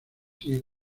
sigue